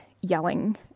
yelling